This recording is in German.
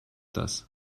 das